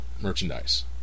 merchandise